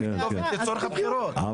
לצורך הבחירות,